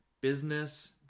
business